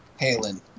Halen